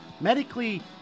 medically